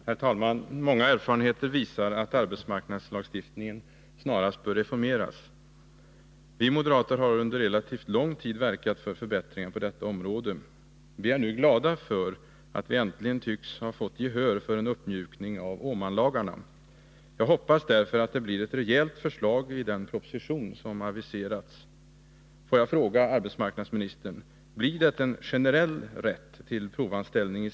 Herr talman! Många erfarenheter visar att arbetsmarknadslagstiftningen snarast bör reformeras. Vi moderater har under relativt lång tid verkat för förbättringar på detta område. Vi är nu glada för att vi äntligen tycks ha fått gehör för en uppmjukning av Åmanlagarna. Jag hoppas därför att det blir ett rejält förslag i den proposition som har aviserats.